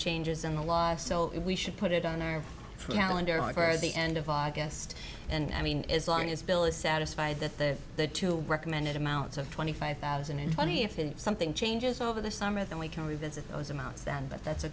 changes in the law so we should put it on our calendar for the end of august and i mean as long as bill is satisfied that the the two recommended amounts of twenty five thousand and twenty if something changes over the summer then we can revisit those amounts then but that's a